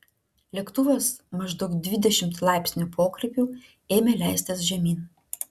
lėktuvas maždaug dvidešimt laipsnių pokrypiu ėmė leistis žemyn